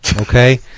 Okay